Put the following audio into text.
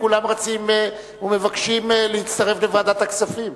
כולם רצים ומבקשים להצטרף לוועדת הכספים.